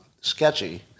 sketchy